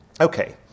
Okay